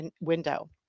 window